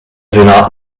senat